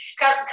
Cut